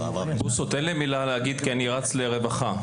בוסו, תן לי להגיד מילה כי אני רץ לוועדת הרווחה.